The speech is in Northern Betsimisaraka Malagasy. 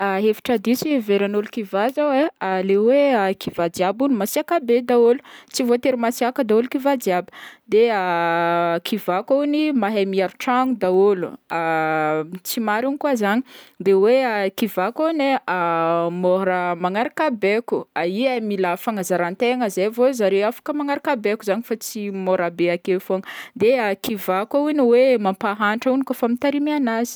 A hevitra diso heveran'olo kivà zao e, leha kivà jiaby hono masiaka be daholo tsy voatery masiaka daholo kivà jiaby, de kivà koa hono mahay miaro tragno daholo, tsy marigny koa zagny, de hoe kivà koa hono e môra manaraka baiko, a i e mila fanazaran-tegna zay vo zare afaka magnaraka baiko zagny, fa tsy môra be ake fogna, de a kivà koa hono hoe mampahantra koa izy koa mitarimy agnazy.